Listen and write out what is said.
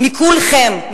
מכולכם,